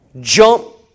jump